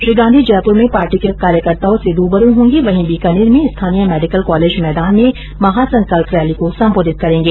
श्री गांधी जयपुर में पार्टी के कार्यकर्ताओं से रूबरू होंगे वहीं बीकानेर में स्थानीय मेडिकल कॉलेज मैदान में महासंकल्प रैली को संबोधित करेंगे